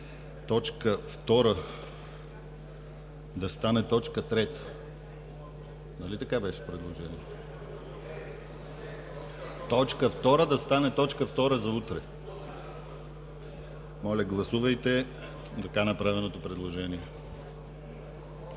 точка 2 да стане точка 3. Нали така беше предложението? Точка втора да стане точка втора за утре. (Шум и реплики.) Моля, гласувайте така направеното предложение.